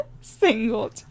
single